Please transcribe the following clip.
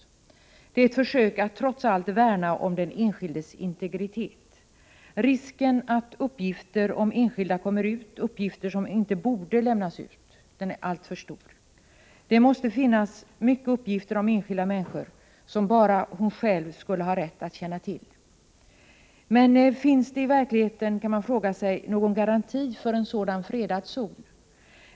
Det är ett försök att trots allt värna om den enskildes integritet. Risken att uppgifter om enskilda kommer ut, uppgifter som inte borde lämnas ut, är alltför stor. Det måste finnas många uppgifter om enskilda människor som bara de själva borde ha rätt att känna till. Men finns det i verkligheten, kan man fråga sig, någon garanti för en sådan fredad zon?